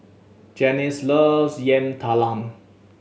Janice loves Yam Talam